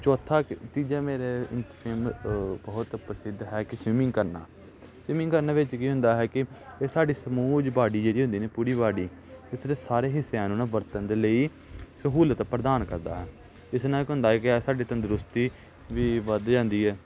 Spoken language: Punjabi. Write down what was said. ਚੌਥਾ ਤੀਜਾ ਮੇਰੇ ਫੇਮ ਬਹੁਤ ਪ੍ਰਸਿੱਧ ਹੈ ਕਿ ਸਵਿਮਿੰਗ ਕਰਨਾ ਸਵਿਮਿੰਗ ਕਰਨ ਵਿੱਚ ਕੀ ਹੁੰਦਾ ਹੈ ਕਿ ਸਾਡੀ ਸਮੂਹ ਬਾਡੀ ਜਿਹੜੀ ਹੁੰਦੀ ਨੇ ਪੂਰੀ ਬਾਡੀ ਇਸਦੇ ਸਾਰੇ ਹਿੱਸਿਆਂ ਨੂੰ ਨਾ ਵਰਤਣ ਦੇ ਲਈ ਸਹੂਲਤ ਪ੍ਰਦਾਨ ਕਰਦਾ ਇਸ ਨਾਲ ਕੀ ਹੁੰਦਾ ਕਿ ਸਾਡੀ ਤੰਦਰੁਸਤੀ ਵੀ ਵੱਧ ਜਾਂਦੀ ਹੈ